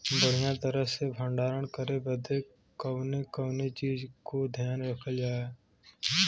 बढ़ियां तरह से भण्डारण करे बदे कवने कवने चीज़ को ध्यान रखल जा?